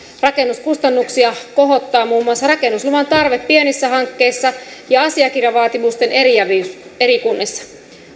rakennuskustannuksia kohottaa muun muassa rakennusluvan tarve pienissä hankkeissa ja asiakirjavaatimusten eriävyys eri kunnissa